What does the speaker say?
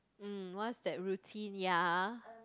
mm what's that routine ya